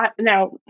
now